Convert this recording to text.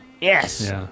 Yes